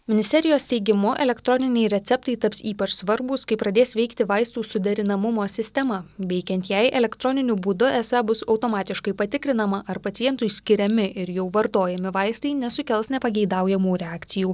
ministerijos teigimu elektroniniai receptai taps ypač svarbūs kai pradės veikti vaistų suderinamumo sistema veikiant jai elektroniniu būdu esą bus automatiškai patikrinama ar pacientui skiriami ir jau vartojami vaistai nesukels nepageidaujamų reakcijų